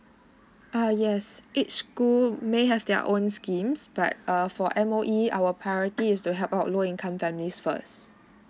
uh yes each school may have their own schemes but err for M_O_E our priority is to help out low income families first